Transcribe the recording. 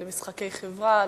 למשחקי חברה,